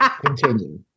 Continue